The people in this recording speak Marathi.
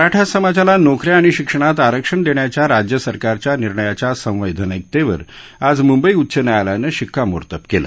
मराठा समाजाला नोक या आणि शिक्षणात आरक्षण देण्याच्या राज्य सरकारच्या निर्णयाच्या संवैधानिकतेवर आज मंंबई उच्च न्यायालयानं शिक्कामोर्तब केलं